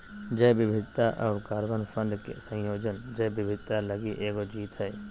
जैव विविधता और कार्बन फंड के संयोजन जैव विविधता लगी एगो जीत हइ